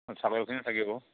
চাকৰিয়ালখিনিও থাকিব